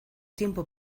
tiempo